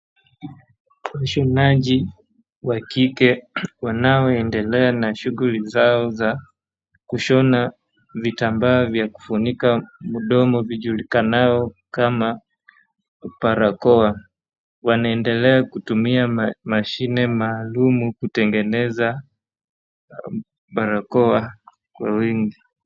Washonaji wa kike wanoendelea na shugli zao za kushona vitamba vya kufunika mdomo vijulikanavyo kama barakoa wanaendelea kutumia machini maalumu kutengeneza barakoa kwa wingi .